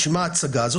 בשביל מה ההצגה הזאת?